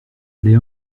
allait